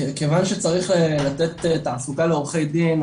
כיוון שצריך לתת תעסוקה לעורכי דין,